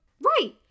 right